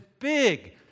big